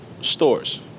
stores